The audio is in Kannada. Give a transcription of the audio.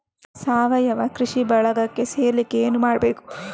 ಸಾವಯವ ಕೃಷಿ ಬಳಗಕ್ಕೆ ಸೇರ್ಲಿಕ್ಕೆ ಏನು ಮಾಡ್ಬೇಕು?